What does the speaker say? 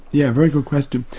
yeah very good question.